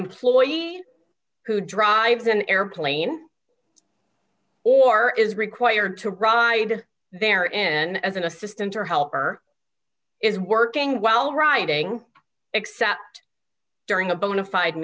employee who drives an airplane or is required to ride to their end as an assistant or helper is working while riding except during a bona fide